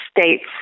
states